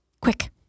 quick